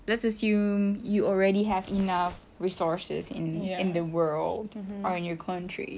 let's assume you already have enough resources in the world or in your country